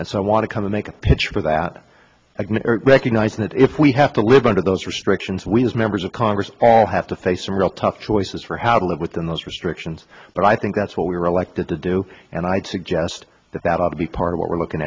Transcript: and so i want to come to make a pitch for that recognizing that if we have to live under those restrictions we as members of congress all have to face some real tough choices for how to live within those restrictions but i think that's what we were elected to do and i'd suggest that that ought to be part of what we're looking